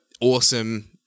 awesome